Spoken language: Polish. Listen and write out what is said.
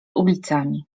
ulicami